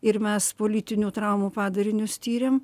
ir mes politinių traumų padarinius tyrėm